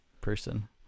person